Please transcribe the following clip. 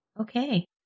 Okay